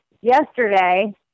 yesterday